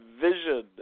vision